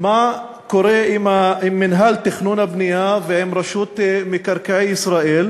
מה קורה עם מינהל תכנון הבנייה ועם רשות מקרקעי ישראל,